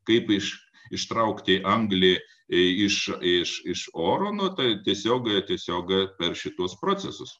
kaip iš ištraukti anglį iš iš iš oro na tai tiesiog tiesiogiai per šituos procesus